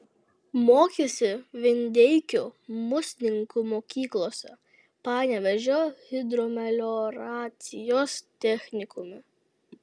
mokėsi vindeikių musninkų mokyklose panevėžio hidromelioracijos technikume